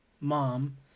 mom